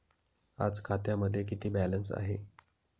आज खात्यामध्ये किती बॅलन्स आहे?